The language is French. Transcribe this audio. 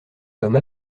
comme